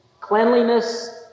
cleanliness